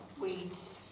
weeds